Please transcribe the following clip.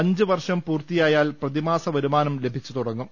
അഞ്ച് വർഷം പൂർത്തിയായാൽ പ്രതിമാസ വരുമാനം ലഭിച്ച് തുടങ്ങും